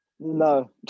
no